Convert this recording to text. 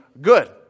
Good